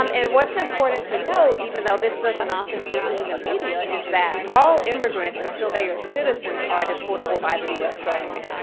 um and what's important to note, even though this doesn't often come through in the media, is that all immigrants, until they are citizens, are deportable by the us government.